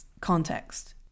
context